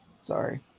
Sorry